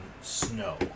snow